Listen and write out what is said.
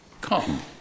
Come